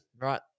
right